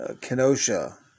Kenosha